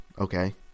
Okay